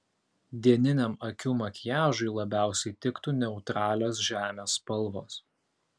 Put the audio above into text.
dieniniam akių makiažui labiausiai tiktų neutralios žemės spalvos